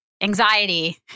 anxiety